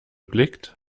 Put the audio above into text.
blickt